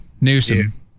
Newsom